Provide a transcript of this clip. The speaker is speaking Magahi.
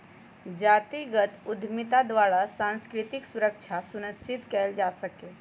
जातिगत उद्यमिता द्वारा सांस्कृतिक सुरक्षा सुनिश्चित कएल जा सकैय